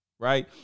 Right